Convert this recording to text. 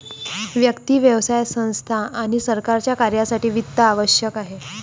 व्यक्ती, व्यवसाय संस्था आणि सरकारच्या कार्यासाठी वित्त आवश्यक आहे